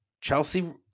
Chelsea